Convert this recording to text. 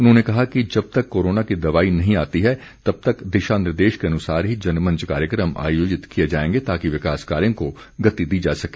उन्होंने कहा कि जब तक कोरोना की दवाई नहीं आती है तब तक दिशा निर्देश के अनुसार ही जनमंच कार्यक्रम आयोजित किए जाएंगे ताकि विकास कार्यों को गति दी जा सके